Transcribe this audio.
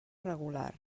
regular